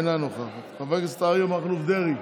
אינה נוכחת, חבר הכנסת אריה מכלוף דרעי,